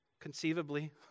conceivably